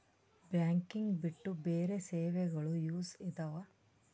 Banking ಬಿಟ್ಟು ಬೇರೆ ಸೇವೆಗಳು ಯೂಸ್ ಇದಾವ?